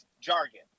jargon